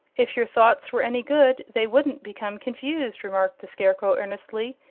if your thoughts were any good they wouldn't become confused, remarked the scarecrow, earnestly.